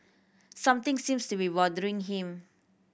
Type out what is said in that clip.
something seems to be bothering him